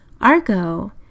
Argo